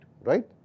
right